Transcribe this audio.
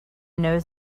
knows